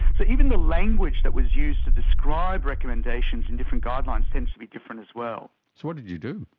so even the language that was used to describe recommendations and different guidelines tends to be different as well. so what did you do?